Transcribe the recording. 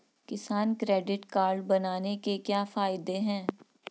किसान credit card बनाने के क्या क्या फायदे हैं?